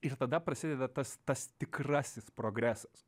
ir tada prasideda tas tas tikrasis progresas